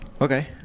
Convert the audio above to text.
Okay